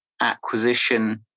acquisition